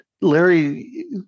Larry